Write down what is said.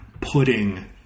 putting